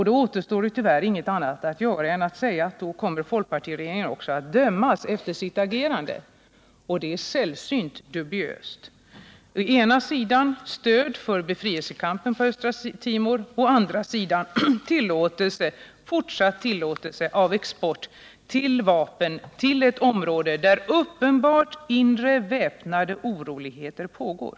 Det återstår då för mig inget annat än att säga att folkpartiregeringen måste dömas efter sitt agerande, och det är sällsynt dubiöst: å ena sidan stöd för befrielsekampen, å andra sidan fortsatt tillåtelse av vapenexport till de indonesiska ockupanterna man fördömer och därtill till ett område där inre väpnade oroligheter uppenbarligen pågår.